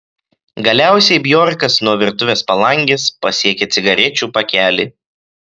galiausiai bjorkas nuo virtuvės palangės pasiekė cigarečių pakelį